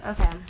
okay